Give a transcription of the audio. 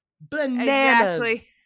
bananas